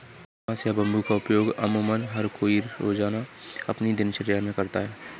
बांस या बम्बू का उपयोग अमुमन हर कोई रोज़ाना अपनी दिनचर्या मे करता है